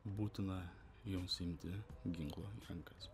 būtina jums imti ginklo rankas